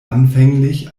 anfänglich